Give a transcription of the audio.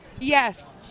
Yes